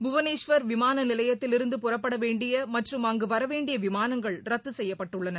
புவனேஸ்வர் விமானநிலையத்திலிருந்து பறப்படவேண்டியமற்றும் அங்குவரவேண்டியவிமானங்கள் ரத்துசெய்யப்பட்டுள்ளன